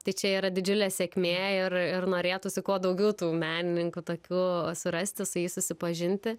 tai čia yra didžiulė sėkmė ir ir norėtųsi kuo daugiau tų menininkų tokių surasti su jais susipažinti